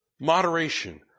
Moderation